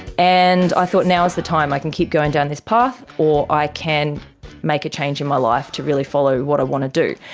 and i thought now is the time. i can keep going down this path or i can make a change in my life to really follow what i want to do.